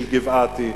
של גבעתי,